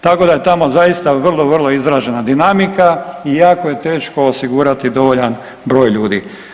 Tako da je tamo zaista vrlo, vrlo izražena dinamika i jako je teško osigurati dovoljan broj ljudi.